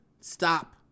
Stop